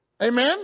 Amen